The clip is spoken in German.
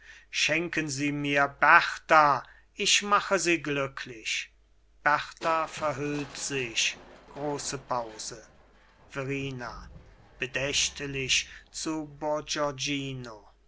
schenken sie mir berta ich mache sie glücklich berta verhüllt sich große pause verrina bedächtlich zu